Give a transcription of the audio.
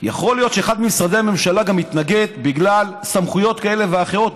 יכול להיות שאחד ממשרדי הממשלה מתנגד בגלל סמכויות כאלה ואחרות,